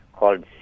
Called